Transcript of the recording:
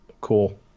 cool